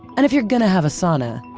and if you're gonna have a sauna,